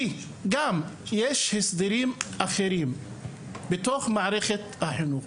כי גם יש הסדרים אחרים בתוך מערכת החינוך,